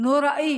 נוראי